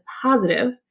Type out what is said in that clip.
positive